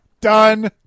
done